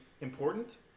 important